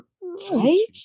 right